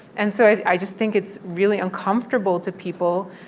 and so i just think it's really uncomfortable to people,